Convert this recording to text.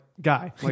guy